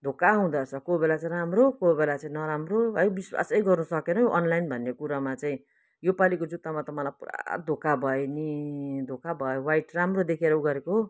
धोका हुँदो रहेछ कोही बेला चाहिँ राम्रो कोही बेला चाहिँ नराम्रो है विश्वासै गर्नु सकेनौ अनलाइन भन्ने कुरामा चाहिँ यो पालीको जुत्तामा त मलाई पुरा धोका भयो नि धोका भयो वाइट राम्रो देखेर ऊ गरेको